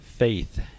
Faith